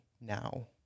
now